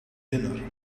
dinner